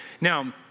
Now